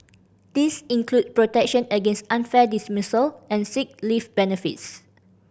this include protection against unfair dismissal and sick leave benefits